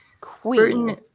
queen